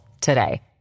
today